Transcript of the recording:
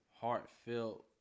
heartfelt